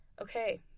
okay